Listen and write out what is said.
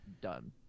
done